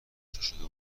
شده